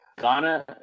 Ghana